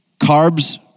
carbs